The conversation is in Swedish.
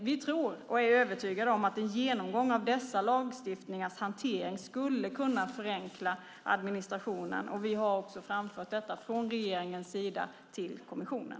Vi är övertygade om att en genomgång av dessa lagstiftningars hantering skulle kunna förenkla administrationen, och det har vi från regeringens sida också framfört till kommissionen.